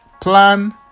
plan